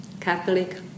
Catholic